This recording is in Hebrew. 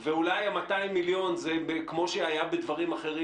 ואולי ה-200 מיליון זה כמו שהיה בדברים אחרים